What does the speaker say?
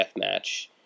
deathmatch